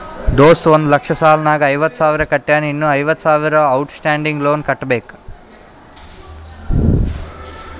ದೋಸ್ತ ಒಂದ್ ಲಕ್ಷ ಸಾಲ ನಾಗ್ ಐವತ್ತ ಸಾವಿರ ಕಟ್ಯಾನ್ ಇನ್ನಾ ಐವತ್ತ ಸಾವಿರ ಔಟ್ ಸ್ಟ್ಯಾಂಡಿಂಗ್ ಲೋನ್ ಕಟ್ಟಬೇಕ್